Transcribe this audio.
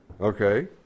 okay